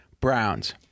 Browns